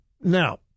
Now